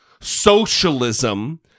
socialism